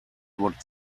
what